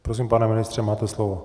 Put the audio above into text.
Prosím, pane ministře, máte slovo.